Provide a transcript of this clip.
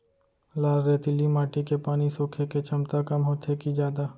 लाल रेतीली माटी के पानी सोखे के क्षमता कम होथे की जादा?